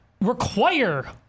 require